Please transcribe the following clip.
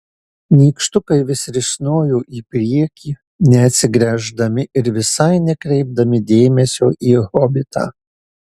nykštukai vis risnojo į priekį neatsigręždami ir visai nekreipdami dėmesio į hobitą